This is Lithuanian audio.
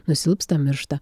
nusilpsta miršta